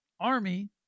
Army